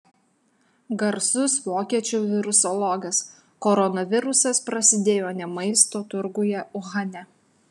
garsus vokiečių virusologas koronavirusas prasidėjo ne maisto turguje uhane